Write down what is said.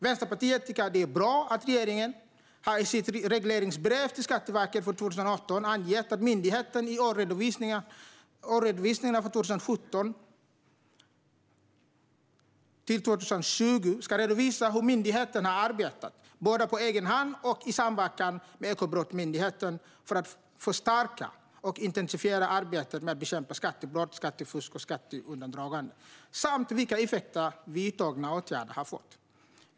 Vänsterpartiet tycker att det är bra att regeringen i sitt regleringsbrev till Skatteverket för 2018 har angett att myndigheten i årsredovisningarna för 2017-2020 ska redovisa hur myndigheten har arbetat, både på egen hand och i samverkan med Ekobrottsmyndigheten, för att förstärka och intensifiera arbetet med att bekämpa skattebrott, skattefusk och skatteundandragande samt vilka effekter vidtagna åtgärder har fått.